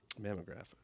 Mammograph